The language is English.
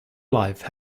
life